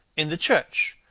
in the church.